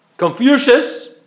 Confucius